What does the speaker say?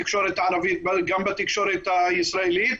גם בתקשורת הערבית, גם בתקשורת הישראלית,